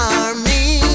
army